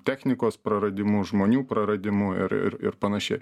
technikos praradimu žmonių praradimu ir ir ir panašiai